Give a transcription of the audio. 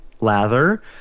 lather